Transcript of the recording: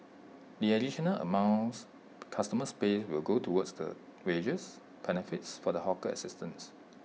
the additional amounts customers pay will go towards the wages benefits for the hawker assistants